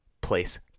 place